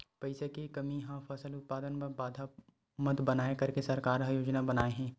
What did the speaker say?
पईसा के कमी हा फसल उत्पादन मा बाधा मत बनाए करके सरकार का योजना बनाए हे?